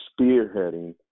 spearheading